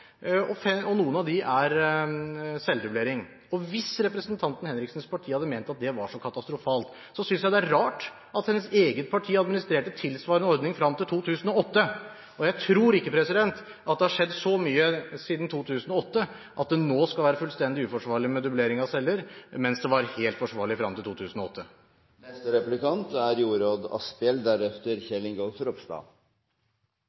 og noen av dem er celledublering. Hvis representanten Henriksens parti hadde ment at det var så katastrofalt, synes jeg det er rart at hennes eget parti administrerte tilsvarende ordning frem til 2008. Jeg tror ikke at det har skjedd så mye siden 2008 at det nå skal være fullstendig uforsvarlig med dublering av celler, mens det var helt forsvarlig frem til 2008.